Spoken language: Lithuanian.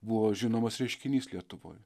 buvo žinomas reiškinys lietuvoj